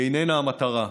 היא איננה המטרה.